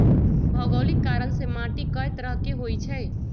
भोगोलिक कारण से माटी कए तरह के होई छई